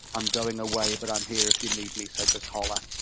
i'm going away but i'm here if you need me, so just holler.